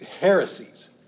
heresies